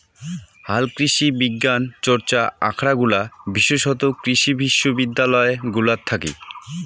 হালকৃষিবিজ্ঞান চর্চা আখরাগুলা বিশেষতঃ কৃষি বিশ্ববিদ্যালয় গুলাত থাকি